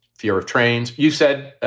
fear of trains. you said,